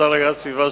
השר להגנת הסביבה,